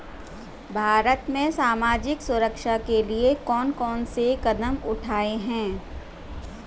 भारत में सामाजिक सुरक्षा के लिए कौन कौन से कदम उठाये हैं?